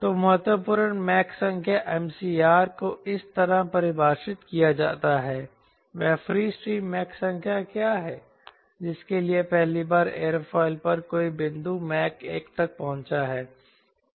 तो महत्वपूर्ण मैक संख्या MCR को इस तरह परिभाषित किया जाता है वह फ्री स्ट्रीम मैक संख्या क्या है जिसके लिए पहली बार एयरोफिल पर कोई बिंदु मैक 1 तक पहुंचा है